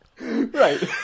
Right